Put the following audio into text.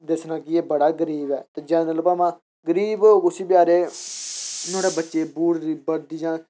दस्सना कि एह् बड़ा ई गरीब ऐ जनरल भामें गरीब होग उसी बेचारे ई नुहाड़े बच्चे बूट बी बर्दी जा